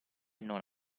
non